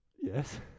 Yes